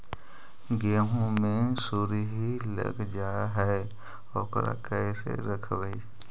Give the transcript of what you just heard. गेहू मे सुरही लग जाय है ओकरा कैसे रखबइ?